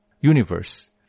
universe